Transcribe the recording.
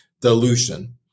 Dilution